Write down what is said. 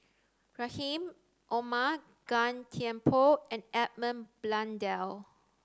Rahim Omar Gan Thiam Poh and Edmund Blundell